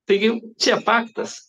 taigi čia faktas